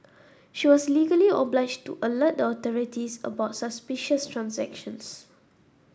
she was legally obliged to alert the authorities about suspicious transactions